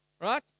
Right